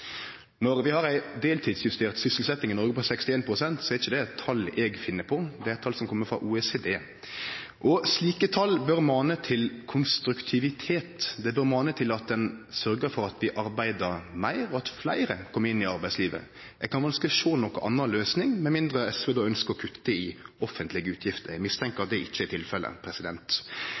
Når eg seier at vi har ei deltidsjustert sysselsetjing i Noreg på 61 pst., er ikkje det eit tal som eg finn på, det er tal som kjem frå OECD. Slike tal bør mane til konstruktivitet, det bør mane til at ein sørgjer for at vi arbeider meir og at fleire kjem inn i arbeidslivet. Eg kan vanskeleg sjå noka anna løysing, med mindre SV ønsker å kutte i offentlege utgifter. Eg mistenkjer at det ikkje er tilfellet.